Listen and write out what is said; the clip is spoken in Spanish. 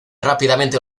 rápidamente